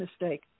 mistake